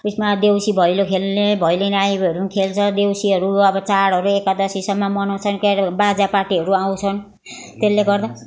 उयसमा देउसी भैलो खेल्ने भैलेनी आयोहरू पनि खेल्छ देउसीहरू अब चाडहरू एकादशीसम्म मनाउछन् क्यारे बाजा पार्टीहरू आउँछन् त्यसले गर्दा